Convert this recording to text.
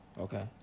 okay